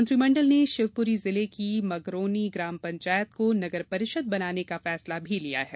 मंत्रिमंडल ने शिवपूरी जिले की मगरोनी ग्राम पंचायत को नगर परिषद बनाने का फैसला किया है